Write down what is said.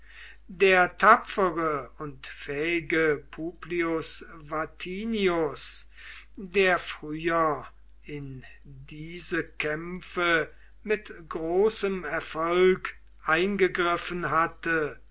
der tapfere und fähige publius vatinius der früher in diese kämpfe mit großem erfolg eingegriffen hatte